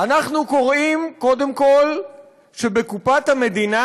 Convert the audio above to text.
אנחנו קוראים קודם כול שבקופת המדינה